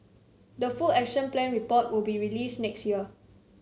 the full Action Plan report will be released next year